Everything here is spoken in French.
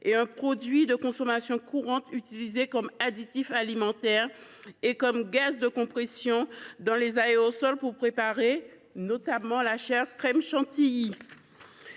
et un produit de consommation courante utilisé comme additif alimentaire et comme gaz de compression dans les aérosols, notamment pour préparer notre chère crème chantilly.